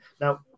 Now